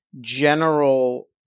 general